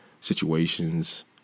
situations